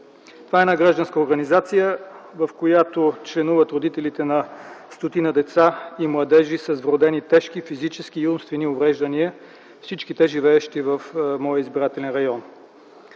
Това е гражданска организация, в която членуват родителите на стотина деца и младежи с вродени тежки физически и умствени увреждания, всички те живеещи в моя избирателен район.